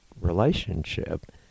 relationship